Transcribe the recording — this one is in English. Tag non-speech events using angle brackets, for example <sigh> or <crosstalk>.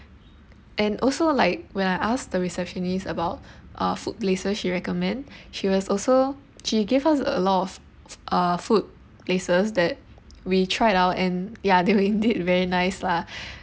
and also like when I ask the receptionist about uh food places she recommend she was also she gave us a lot of uh food places that we tried out and ya they were indeed very nice lah <breath>